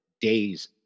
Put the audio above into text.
days